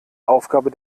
aufgabe